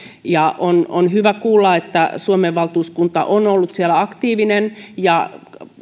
on on hyvä kuulla että suomen valtuuskunta on ollut siellä aktiivinen ja